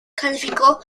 calificó